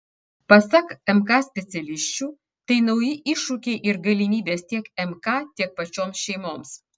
pasak mk specialisčių tai nauji iššūkiai ir galimybės tiek mk tiek pačioms šeimoms